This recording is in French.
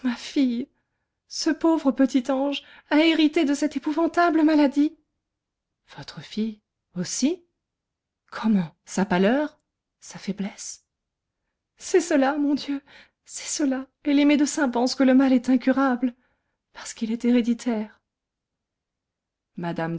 ma fille ce pauvre petit ange a hérité de cette épouvantable maladie votre fille aussi comment sa pâleur sa faiblesse c'est cela mon dieu c'est cela et les médecins pensent que le mal est incurable parce qu'il est héréditaire mme